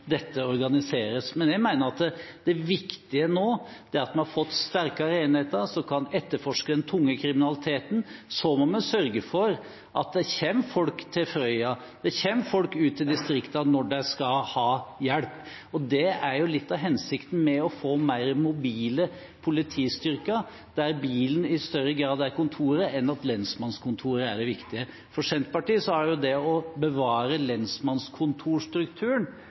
dette organiseres. Jeg mener at det viktige nå er at vi har fått sterkere enheter som kan etterforske den tunge kriminaliteten. Så må vi sørge for at det kommer folk til Frøya, at det kommer folk ut til distriktene når de skal ha hjelp. Det er litt av hensikten med å få mer mobile politistyrker, der bilen i større grad er kontoret, enn at lensmannskontoret er det viktige. For Senterpartiet har det å bevare lensmannskontorstrukturen